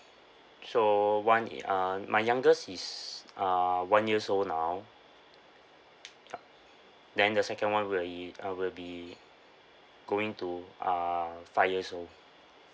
so one uh my youngest is uh one years old now uh then the second [one] will be uh will be going to uh five years old